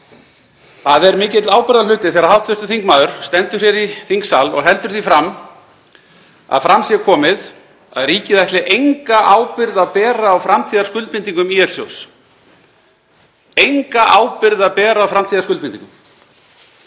Það er mikill ábyrgðarhluti þegar hv. þingmaður stendur hér í þingsal og heldur því fram að fram sé komið að ríkið ætli enga ábyrgð að bera á framtíðarskuldbindingum ÍL-sjóðs, enga ábyrgð að bera á framtíðarskuldbindingum.